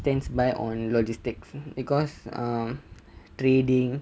stands by on logistics because um trading